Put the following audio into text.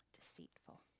Deceitful